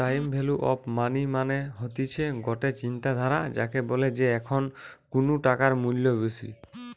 time value of money মানে হতিছে গটে চিন্তাধারা যাকে বলে যে এখন কুনু টাকার মূল্য বেশি